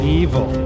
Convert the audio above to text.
evil